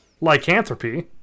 Lycanthropy